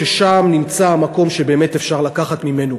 ששם נמצא המקום שבאמת אפשר לקחת ממנו.